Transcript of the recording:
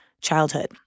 childhood